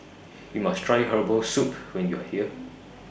YOU must Try Herbal Soup when YOU Are here